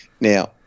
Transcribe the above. Now